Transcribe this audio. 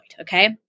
Okay